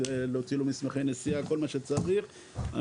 להוציא לו מסמכי נסיעה וכל מה שצריך על